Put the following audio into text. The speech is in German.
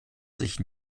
sich